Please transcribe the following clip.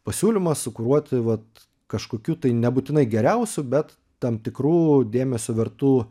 pasiūlymas sukuruoti vat kažkokių tai nebūtinai geriausių bet tam tikrų dėmesio vertų